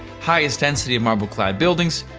highest density of marble-clad buildings,